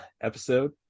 episode